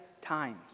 times